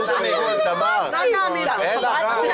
תתביישי לך.